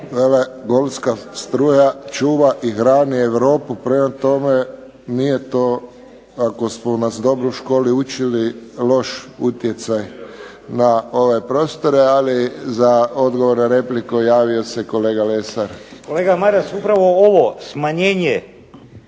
golfska struja čuva i hrani Europu. Prema tome, nije to ako su nas dobro u školi učili loš utjecaj na ove prostore. Ali za odgovor na repliku javio se kolega Lesar. **Lesar, Dragutin